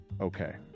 Okay